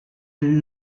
elles